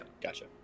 gotcha